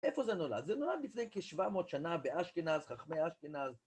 איפה זה נולד? זה נולד לפני כ-700 שנה באשכנז, חכמי אשכנז.